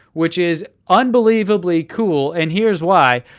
which is unbelievably cool, and here's why.